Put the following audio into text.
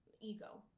ego